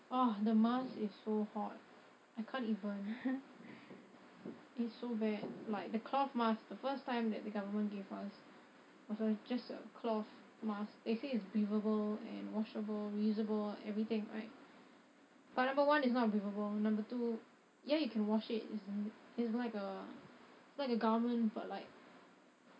ah the mask is so hot I can't even it's so bad like the cloth mask the first time that the government gave us was just a cloth mask they say it's breathable and washable reusable everything right but number one it's not breathable number two ya you can wash it it's it's like a garment but like